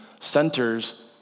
centers